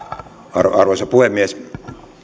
arvoisa puhemies